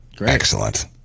Excellent